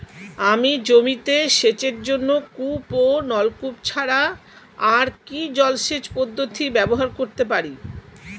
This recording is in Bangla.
আমি জমিতে সেচের জন্য কূপ ও নলকূপ ছাড়া আর কি জলসেচ পদ্ধতি ব্যবহার করতে পারি?